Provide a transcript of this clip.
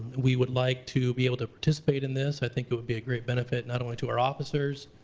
we would like to be able to participate in this. i think it would be a great benefit, not only to our officers,